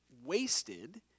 wasted